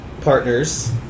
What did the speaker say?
partners